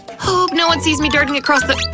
hope no one sees me darting across the